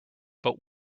but